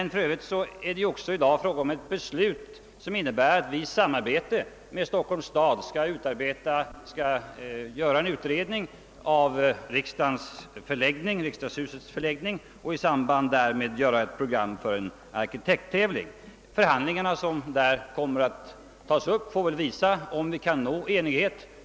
För övrigt är det ju i dag fråga om ett beslut som innebär att vi i samarbete med Stockholms stad skall göra en utredning beträffande riksdagshusets förläggning och i samband därmed fastställa ett program för en arkitekttävling. Förhandlingarna som kommer att tas upp får väl visa om vi kan nå enighet.